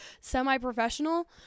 semi-professional